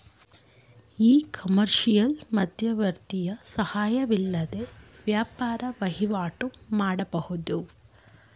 E ಕಾಮರ್ಸ್ನಲ್ಲಿ ಮಧ್ಯವರ್ತಿಯ ಸಹಾಯವಿಲ್ಲದೆ ವ್ಯಾಪಾರ ವಹಿವಾಟು ಮಾಡಬಹುದು